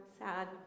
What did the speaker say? sad